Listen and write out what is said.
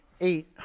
eight